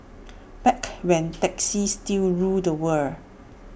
back when taxis still ruled the world